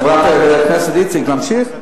חברת הכנסת איציק, להמשיך?